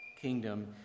kingdom